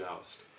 Joust